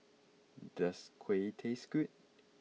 does Kuih taste good